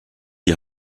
die